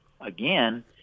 again